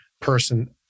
person